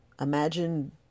imagine